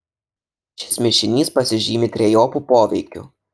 šis mišinys pasižymi trejopu poveikiu